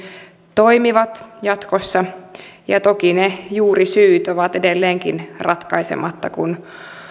toimivat jatkossa toki ne juurisyyt ovat edelleenkin ratkaisematta kun